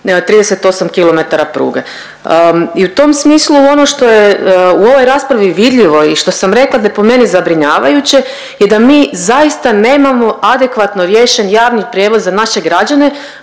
38 km pruge. I u tom smislu, ono što je u ovoj raspravi vidljivo i što sam rekla da je po meni zabrinjavajuće je da mi zaista nemamo adekvatno riješen javni prijevoz za naše građane